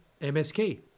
MSK